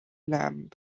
lamb